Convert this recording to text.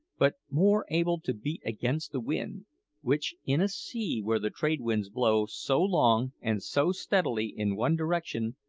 but more able to beat against the wind which, in a sea where the trade-winds blow so long and so steadily in one direction,